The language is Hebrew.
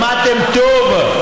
שמעתם טוב?